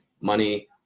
money